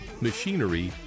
machinery